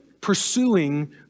pursuing